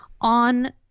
on